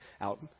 Out